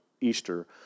Easter